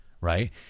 right